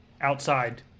outside